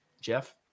jeff